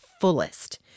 fullest